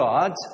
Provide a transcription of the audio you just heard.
God